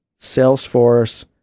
Salesforce